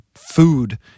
food